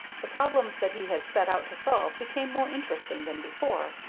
the problems that he had set out to solve became more interesting than before,